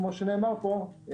כפי שנאמר פה,